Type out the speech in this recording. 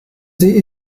see